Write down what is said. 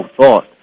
thought